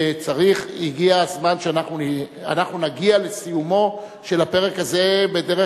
הגיע הזמן שאנחנו נגיע לסיומו של הפרק הזה בדרך